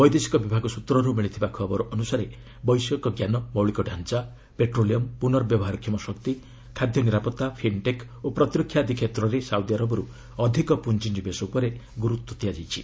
ବୈଦେଶିକ ବିଭାଗ ସୃତ୍ରରୁ ମିଳିଥିବା ଖବର ଅନୁସାରେ ବୈଷୟିକ ଜ୍ଞାନ ମୌଳିକ ଡାଞ୍ଚା ପେଟ୍ରୋଲିୟମ୍ ପୁନର୍ବ୍ୟବହାରକ୍ଷମ ଶକ୍ତି ଖାଦ୍ୟ ନିରାପତ୍ତା ଫିନ୍ଟେକ୍ ଓ ପ୍ରତିରକ୍ଷା ଆଦି କ୍ଷେତ୍ରରେ ସାଉଦି ଆରବରୁ ଅଧିକ ପୁଞ୍ଜିନିବେଶ ଉପରେ ବିଶେଷ ଗୁରୁତ୍ୱ ଦିଆଯାଇଛି